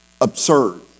absurd